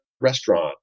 restaurant